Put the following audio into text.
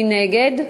מי נגד?